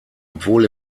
obwohl